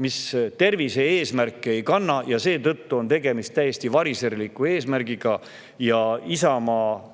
mis tervise-eesmärki ei kanna, ja seetõttu on tegemist täiesti variserliku eesmärgiga. Isamaa